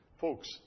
Folks